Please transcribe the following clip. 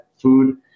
food